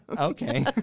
Okay